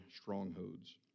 strongholds